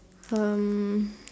um